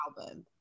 album